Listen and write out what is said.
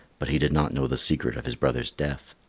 but he did not know the secret of his brother's death.